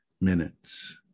minutes